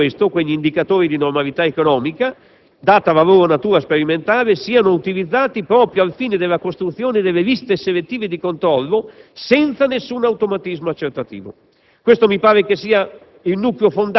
fiscale. Poi, proprio per questo, quegli indicatori di normalità economica, data la loro natura sperimentale, devono essere utilizzati proprio al fine della costruzione delle liste selettive di controllo, senza nessun automatismo accertativo.